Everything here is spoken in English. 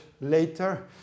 later